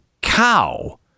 cow